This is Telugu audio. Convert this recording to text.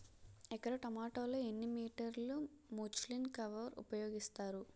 ఎకర టొమాటో లో ఎన్ని మీటర్ లో ముచ్లిన్ కవర్ ఉపయోగిస్తారు?